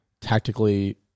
tactically